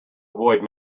avoid